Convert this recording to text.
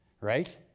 right